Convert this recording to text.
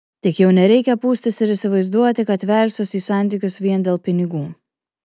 tik jau nereikia pūstis ir įsivaizduoti kad velsiuosi į santykius vien dėl pinigų